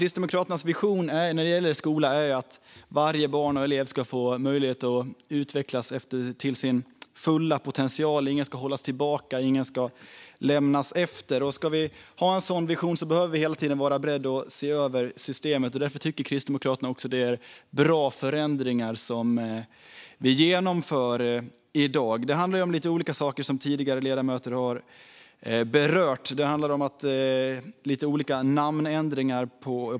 Kristdemokraternas vision är en skola där varje barn och elev får möjlighet att utvecklas till sin fulla potential, där ingen hålls tillbaka och där ingen lämnas efter. Ska vi ha en sådan vision behöver vi hela tiden vara beredda att se över systemet. Därför tycker Kristdemokraterna att det är bra förändringar vi genomför i dag. Det handlar om lite olika saker, som tidigare talare har berört. Det handlar om olika namnändringar.